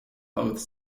both